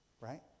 right